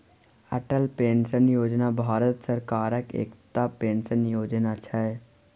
Atal pension Yojana Bharat सरकारक एकटा pension योजना छै